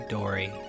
Dory